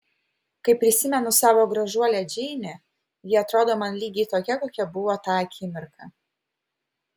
kai prisimenu savo gražuolę džeinę ji atrodo man lygiai tokia kokia buvo tą akimirką